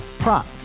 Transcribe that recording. Prop